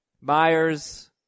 Myers